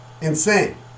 Insane